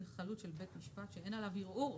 חלוט של בית משפט שאין עליו ערעור עוד,